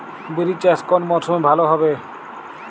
বিরি চাষ কোন মরশুমে ভালো হবে?